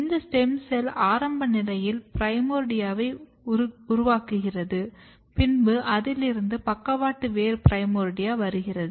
இந்த stem cell ஆரம்ப நிலையில் பிரைமோர்டியாவை உருவாக்குகிறது பின்பு அதில் இருந்து பக்கவாட்டு வேர் பிரைமோர்டியா வருகிறது